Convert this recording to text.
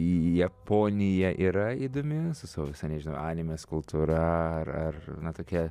japonija yra įdomi su savo visa nežinau animes kultūra ar ar tokia